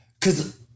cause